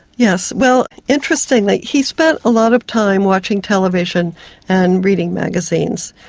yes, well, interestingly he spent a lot of time watching television and reading magazines,